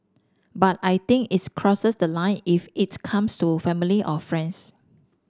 but I think its crosses the line if its comes to family or friends